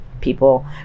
people